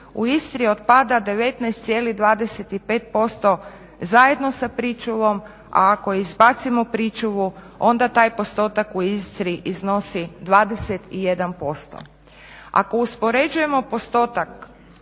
u Istri otpada 19,25% zajedno sa pričuvom, a ako izbacimo pričuvu onda taj postotak u Istri iznosi 21%. Ako uspoređujemo postotak